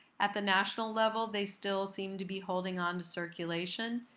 at the national level they still seem to be holding on the circulation.